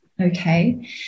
Okay